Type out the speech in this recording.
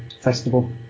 festival